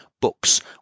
books